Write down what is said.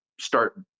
start